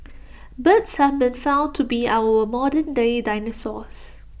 birds have been found to be our modernday dinosaurs